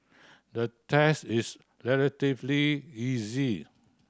the test is relatively easy